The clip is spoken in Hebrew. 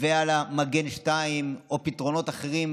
ועל המגן 2 או פתרונות אחרים,